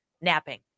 napping